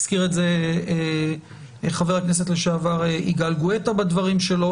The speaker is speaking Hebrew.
הזכיר את זה חבר הכנסת לשעבר יגאל גואטה בדברים שלו,